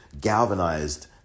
galvanized